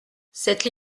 cette